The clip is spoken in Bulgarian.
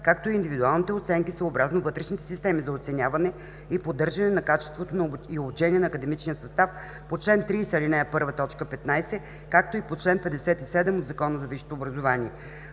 както и индивидуалните оценки, съобразно вътрешните системи за оценяване и поддържане на качеството и обучение на академичния състав по чл. 30, ал. 1, т. 15, както и по чл. 57 от Закона за висшето образование.